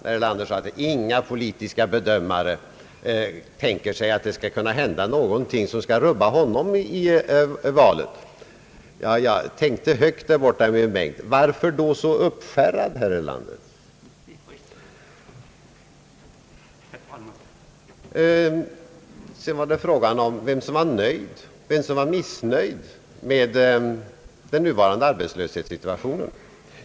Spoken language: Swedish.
Herr Erlander sade att inga politiska bedömare tänker sig att det skall kunna hända någonting i valet som skall rubba hans ställning. Jag tänkte högt därborta i min bänk: Varför då så uppskärrad, herr Erlander? Sedan var det frågan om vem som var nöjd och vem som var missnöjd med den nuvarande arbetslöshetssituationen.